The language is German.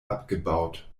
abgebaut